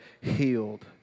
healed